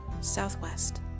Southwest